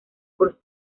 por